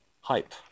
hype